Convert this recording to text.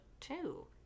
two